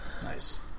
Nice